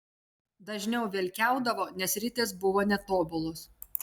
dažniau velkiaudavo nes ritės buvo netobulos